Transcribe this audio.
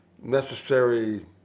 necessary